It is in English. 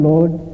Lord